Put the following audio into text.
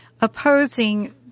opposing